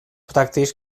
pràctics